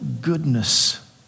goodness